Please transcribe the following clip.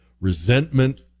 Resentment